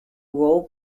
role